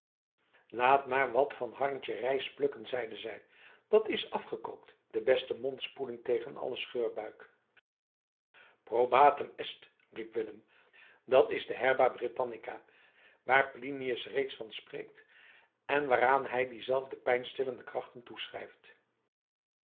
laat maar wat harntje rijs plukken zeide zij dat is afgekookt de beste mondspoeling tegen alle scheurbuik probatum est riep willem dat is de herba brittannica waar plinius reeds van spreekt en waaraan hij diezelfde pijnstillende krachten toeschrijft